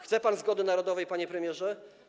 Chce pan zgody narodowej, panie premierze?